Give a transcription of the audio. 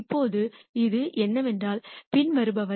இப்போது இது என்னவென்றால் பின்வருபவை